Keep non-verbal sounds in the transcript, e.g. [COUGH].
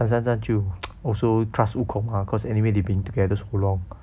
唐三藏就 [NOISE] also trust 悟空 lah because anyway they been together so long